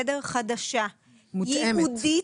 חדשה, ייעודית.